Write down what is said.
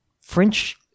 French